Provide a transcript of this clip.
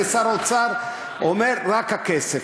ושר האוצר אומר: רק הכסף.